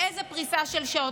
באיזו פריסה של שעות.